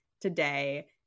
today